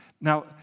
Now